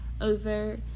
over